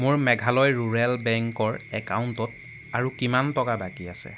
মোৰ মেঘালয় ৰুৰেল বেংকৰ একাউণ্টত আৰু কিমান টকা বাকী আছে